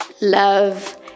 love